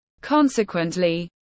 Consequently